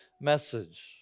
message